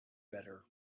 better